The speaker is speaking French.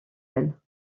ailes